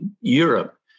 Europe